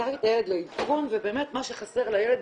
לקחתי את הילד לאבחון ובאמת מה שחסר לילד,